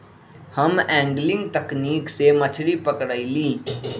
हम एंगलिंग तकनिक से मछरी पकरईली